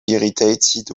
irritated